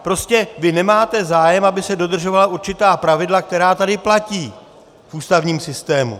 Prostě vy nemáte zájem, aby se dodržovala určitá pravidla, která tady platí v ústavním systému.